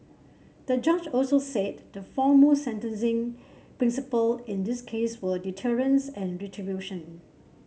the judge also said the foremost sentencing principle in this case were deterrence and retribution